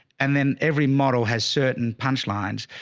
and then every model has certain punchlines.